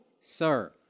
sir